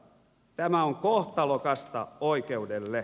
tämä on kohtalokasta oikeudelle